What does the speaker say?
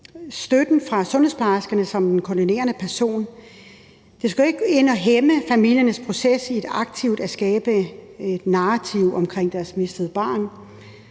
Støtten fra sundhedsplejerskerne som den koordinerende person skal jo ikke ind og hæmme familiernes proces i aktivt at skabe et narrativ om deres mistede barn.